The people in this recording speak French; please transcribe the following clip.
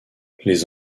les